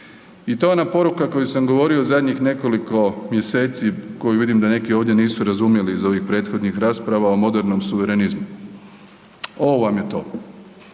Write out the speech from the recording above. I to je ona poruka koju sam govorio u zadnjih nekoliko mjeseci koju vidim da neki ovdje nisu razumjeli iz ovih prethodnih rasprava o modernom suverenizmu. Ovo vam je to.